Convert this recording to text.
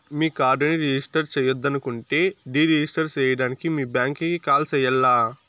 మీ కార్డుని రిజిస్టర్ చెయ్యొద్దనుకుంటే deregister సేయడానికి మీ బ్యాంకీకి కాల్ సెయ్యాల్ల